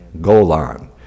Golan